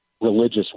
religious